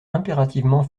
impérativement